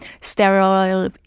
sterile